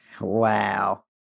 Wow